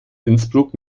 innsbruck